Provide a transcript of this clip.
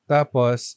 Tapos